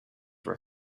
were